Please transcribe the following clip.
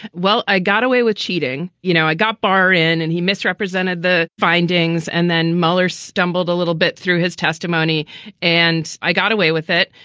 well, i got away with cheating. you know, i got bar in and he misrepresented the findings. and then mueller stumbled a little bit through his testimony and i got away with it.